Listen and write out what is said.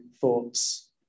thoughts